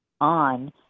on